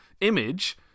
image